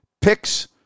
picks